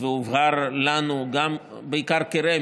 והובהר לנו מרמ"י,